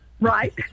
right